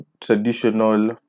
traditional